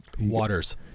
Waters